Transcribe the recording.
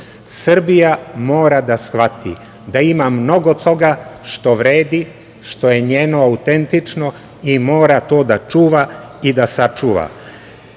dobro. Srbija mora da shvati da ima mnogo toga što vredi, što je njeno autentično i mora to da čuva i da sačuva.